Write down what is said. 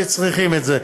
שצריכים את זה.